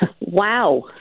wow